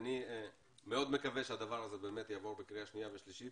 אני מאוד מקווה שהדבר הזה באמת יעבור בקריאה שנייה ושלישית